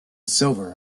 silver